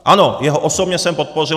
Ano, jeho osobně jsem podpořil.